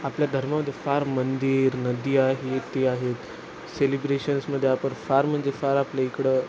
आपल्या धर्मामध्ये फार मंदिर नदी आहेत ते आहेत सेलिब्रेशन्समध्ये आपण फार म्हणजे फार आपलं इकडं